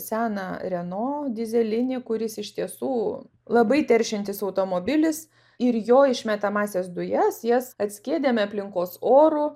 seną renault dyzelinį kuris iš tiesų labai teršiantis automobilis ir jo išmetamąsias dujas jas atskiedėme aplinkos oru